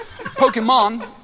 Pokemon